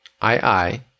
I-I